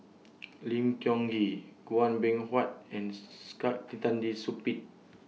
Lim Tiong Ghee Chua Beng Huat and Saktiandi Supaat